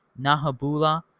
Nahabula